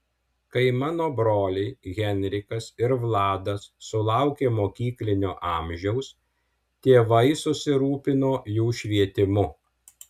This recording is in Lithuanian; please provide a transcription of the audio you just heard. kai mano broliai henrikas ir vladas sulaukė mokyklinio amžiaus tėvai susirūpino jų švietimu